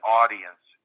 audience